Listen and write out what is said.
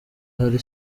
hari